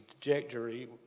trajectory